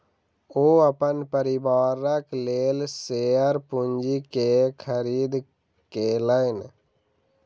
ओ अपन परिवारक लेल शेयर पूंजी के खरीद केलैन